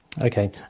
Okay